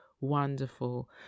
wonderful